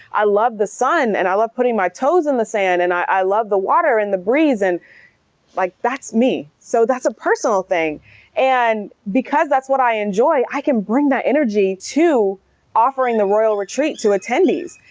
i love the sun and i love putting my toes in the sand and i love the water and the breeze and like that's me. so that's a personal thing and because that's what i enjoy, i can bring that energy to offering the royal retreat to attendees.